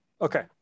Okay